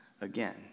again